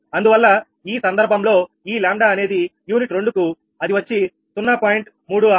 అందువల్ల ఈ సందర్భంలో ఈ 𝜆 అనేది యూనిట్ 2 కి అది వచ్చి 0